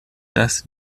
dass